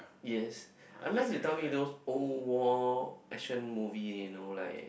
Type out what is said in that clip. yes unless you tell me those old war action movie you know like